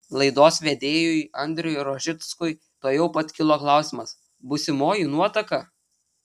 laidos vedėjui andriui rožickui tuojau pat kilo klausimas būsimoji nuotaka